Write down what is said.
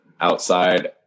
outside